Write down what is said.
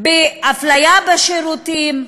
באפליה בשירותים,